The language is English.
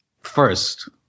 first